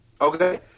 Okay